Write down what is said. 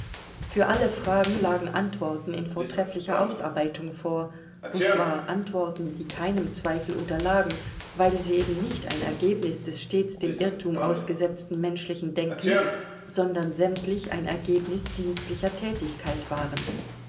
für alle fragen lagen antworten in vortrefflicher ausarbeitung vor und zwar antworten die keinem zweifel unterlagen weil sie eben nicht ein ergebnis des stets dem irrtum ausgesetzten menschlichen denkens sondern sämtlich ein ergebnis dienstlicher tätigkeit waren